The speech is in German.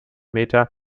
meter